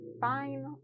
fine